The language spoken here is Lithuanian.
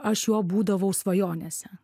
aš juo būdavau svajonėse